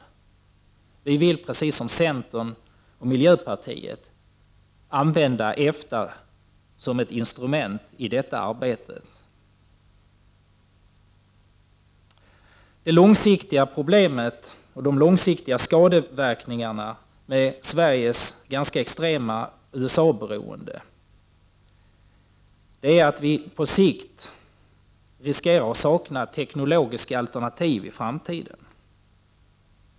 Vi i vpk vill precis som centern och miljöpartiet använda EFTA som ett instrument i det arbetet. Det långsiktiga problemet och de långsiktiga skadeverkningarna med Sveriges ganska extrema USA-beroende är att vi på sikt riskerar att sakna teknologiska alternativ i framtiden.